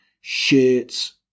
shirts